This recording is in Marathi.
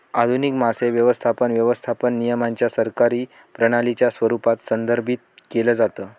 आधुनिक मासे व्यवस्थापन, व्यवस्थापन नियमांच्या सरकारी प्रणालीच्या स्वरूपात संदर्भित केलं जातं